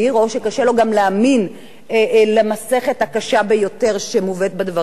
שקשה לו גם להאמין למסכת הקשה ביותר שמובאת בדברים.